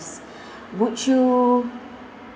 would you